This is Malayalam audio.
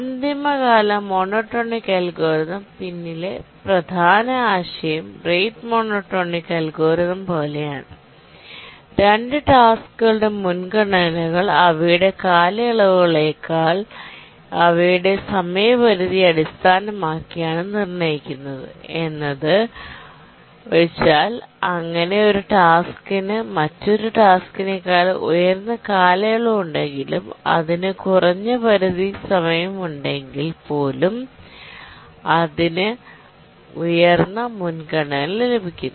ഡെഡ്ലൈൻ മോണോടോണിക് അൽഗോരിതം പിന്നിലെ പ്രധാന ആശയം റേറ്റ് മോണോടോണിക് അൽഗോരിതം പോലെയാണ് 2 ടാസ്ക്കുകളുടെ മുൻഗണനകൾ അവയുടെ കാലയളവുകളേക്കാൾ അവയുടെ സമയപരിധിയെ അടിസ്ഥാനമാക്കിയാണ് നിർണ്ണയിക്കുന്നത് എന്നത് ഒഴിച്ചാൽ അങ്ങനെ ഒരു ടാസ്ക്കിന് മറ്റൊരു ടാസ്ക്കിനേക്കാൾ ഉയർന്ന കാലയളവ് ഉണ്ടെങ്കിലും അതിന് കുറഞ്ഞ സമയപരിധി ഉണ്ടെങ്കിൽ പോലും അതിന് ഉയർന്ന മുൻഗണന ലഭിക്കുന്നു